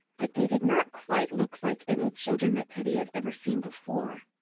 but they did not quite look like any children that teddy had ever seen before.